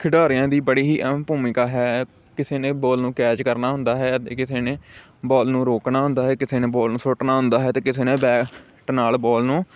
ਖਿਡਾਰੀਆਂ ਦੀ ਬੜੀ ਹੀ ਅਹਿਮ ਭੂਮਿਕਾ ਹੈ ਕਿਸੇ ਨੇ ਬੋਲ ਨੂੰ ਕੈਚ ਕਰਨਾ ਹੁੰਦਾ ਹੈ ਅਤੇ ਕਿਸੇ ਨੇ ਬੋਲ ਨੂੰ ਰੋਕਣਾ ਹੁੰਦਾ ਹੈ ਕਿਸੇ ਨੇ ਬੋਲ ਨੂੰ ਸੁੱਟਣਾ ਹੁੰਦਾ ਹੈ ਅਤੇ ਕਿਸੇ ਨੇ ਬੈਟ ਨਾਲ ਬੋਲ ਨੂੰ